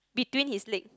between his leg